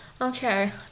Okay